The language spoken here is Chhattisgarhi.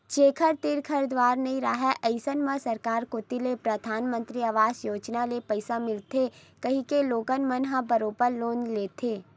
जेखर तीर घर दुवार नइ राहय अइसन म सरकार कोती ले परधानमंतरी अवास योजना ले पइसा मिलथे कहिके लोगन मन ह बरोबर लोन लेथे